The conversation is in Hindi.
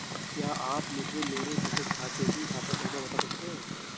क्या आप मुझे मेरे बचत खाते की खाता संख्या बता सकते हैं?